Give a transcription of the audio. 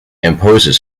imposes